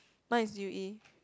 mine is u_e